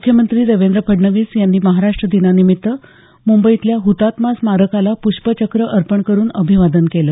मुख्यमंत्री देवेंद्र फडणवीस यांनी महाराष्ट्र दिनानिमित्त मुंबईतल्या हुतात्मा स्मारकाला प्ष्पचक्र अर्पण करुन अभिवादन केलं